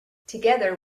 together